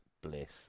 Bliss